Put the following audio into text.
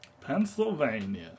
pennsylvania